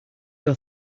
your